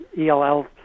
ELL